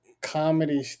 comedy